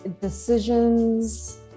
decisions